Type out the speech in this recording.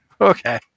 Okay